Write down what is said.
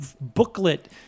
booklet